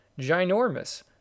ginormous